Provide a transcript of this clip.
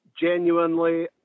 genuinely